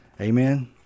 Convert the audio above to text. Amen